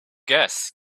gas